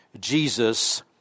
Jesus